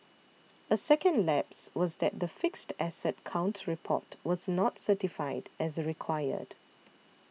a second lapse was that the fixed asset count report was not certified as required